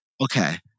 okay